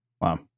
Wow